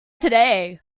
today